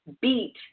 beat